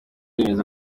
bemeza